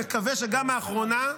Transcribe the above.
מקווה שגם האחרונה,